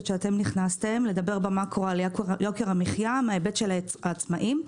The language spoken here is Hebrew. שאתם נכנסתם על יוקר המחיה מההיבט של העצמאים.